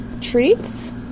treats